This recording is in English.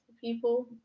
people